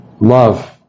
Love